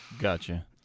Gotcha